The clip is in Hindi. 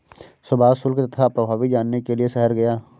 सुभाष शुल्क तथा प्रभावी जानने के लिए शहर गया